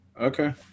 Okay